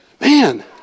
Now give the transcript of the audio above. Man